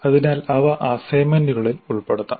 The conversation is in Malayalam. അതിനാൽ അവ അസൈൻമെന്റുകളിൽ ഉൾപ്പെടുത്താം